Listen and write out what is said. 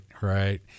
right